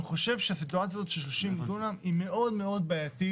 אני חושב שהסיטואציה הזאת של 30 דונם היא מאוד בעייתית,